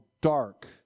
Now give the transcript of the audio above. dark